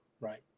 right